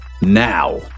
now